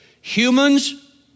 humans